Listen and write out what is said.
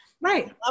Right